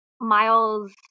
Miles